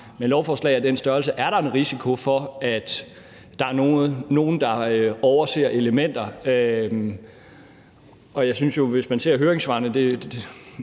med lovforslag af den størrelse er en risiko for, at der er nogle, der overser elementer. Jeg må sige, når jeg ser høringssvarene,